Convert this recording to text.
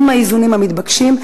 עם האיזונים המתבקשים,